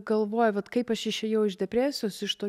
galvoja vat kaip aš išėjau iš depresijos iš to